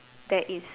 that is